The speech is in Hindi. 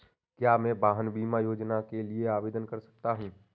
क्या मैं वाहन बीमा योजना के लिए आवेदन कर सकता हूँ?